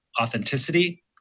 authenticity